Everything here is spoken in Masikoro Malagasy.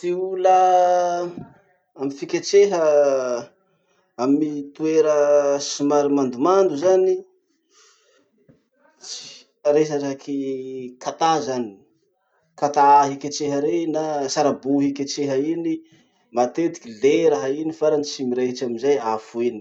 Ty ola amy fiketraha amy toera somary mandomando zany, tsy- resaky katà zany. Katà hiketreha rey na saribo hiketreha iny, matetiky le raha iny farany tsy miresitsy amizay afo iny.